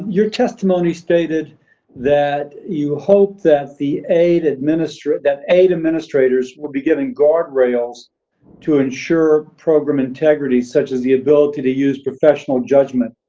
your testimony stated that you hope that the aid administrator, that aid administrators, will be given guard rails to ensure program integrity, such as the ability to use professional judgment,